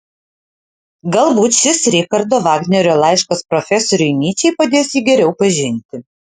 galbūt šis richardo vagnerio laiškas profesoriui nyčei padės jį geriau pažinti